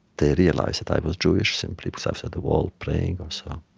they realized that i was jewish simply because i was at the wall praying, ah so